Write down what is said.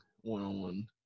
one-on-one